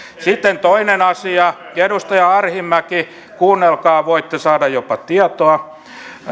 sitten toinen asia edustaja arhinmäki kuunnelkaa voitte saada jopa tietoa